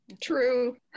True